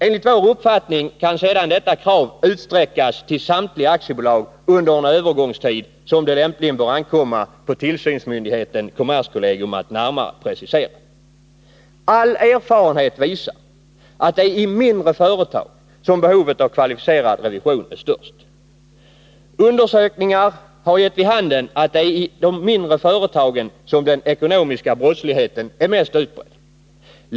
Enligt vår uppfattning kan sedan detta krav utsträckas till samtliga aktiebolag under en övergångstid, som det lämpligen bör ankomma på tillsynsmyndigheten, kommerskollegium, att närmare precisera. All erfarenhet visar att det är i mindre företag som behovet av kvalificerad revision är störst. Undersökningar har gett vid handen att det är i de mindre företagen som den ekonomiska brottsligheten är mest utbredd.